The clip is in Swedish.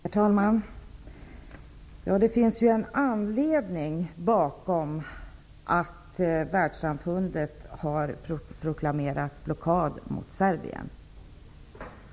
Herr talman! Det finns en anledning till att Världssamfundet har proklamerat blockad mot Serbien.